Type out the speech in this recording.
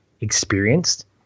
experienced